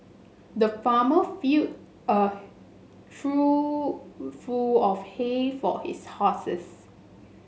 the farmer filled a trough full of hay for his horses